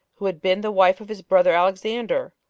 who had been the wife of his brother alexander,